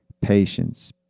patience